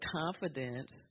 confidence